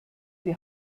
die